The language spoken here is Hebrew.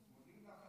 גלית,